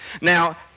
Now